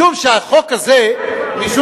משום שהחוק הזה,